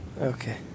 Okay